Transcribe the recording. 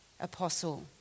apostle